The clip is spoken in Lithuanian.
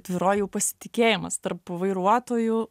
tvyrojo jau pasitikėjimas tarp vairuotojų